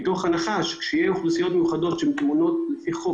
מתוך הנחה שכשיהיו אוכלוסיות מיוחדות שעל פי חוק